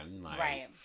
Right